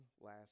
last